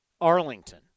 Arlington